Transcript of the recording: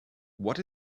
what